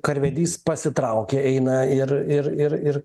karvedys pasitraukė eina ir ir ir ir